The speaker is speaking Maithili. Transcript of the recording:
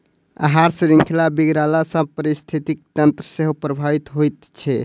आहार शृंखला बिगड़ला सॅ पारिस्थितिकी तंत्र सेहो प्रभावित होइत छै